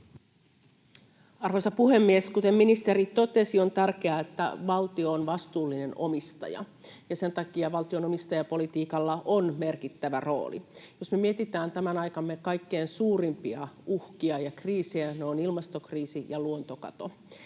Arvoisa puhemies! Kuten ministeri totesi, on tärkeää, että valtio on vastuullinen omistaja, ja sen takia valtion omistajapolitiikalla on merkittävä rooli. Jos me mietitään tämän aikamme kaikkein suurimpia uhkia ja kriisejä, niin ne ovat ilmastokriisi ja luontokato.